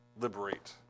liberate